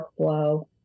workflow